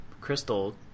crystal